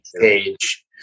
page